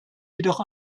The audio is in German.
jedoch